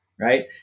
right